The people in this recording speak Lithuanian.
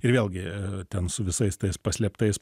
ir vėlgi ten su visais tais paslėptais